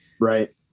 Right